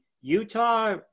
Utah